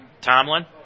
Tomlin